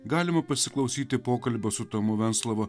galima pasiklausyti pokalbio su tomu venclova